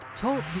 Talk